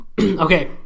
Okay